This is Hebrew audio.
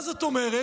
מה זאת אומרת?